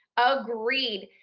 agreed.